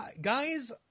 guys